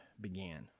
began